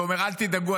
ואומר: אל תדאגו,